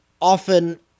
often